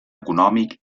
econòmic